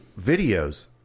videos